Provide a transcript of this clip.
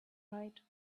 right